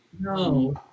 No